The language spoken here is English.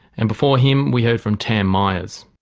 and before him we heard from tam myers.